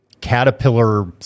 Caterpillar